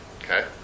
Okay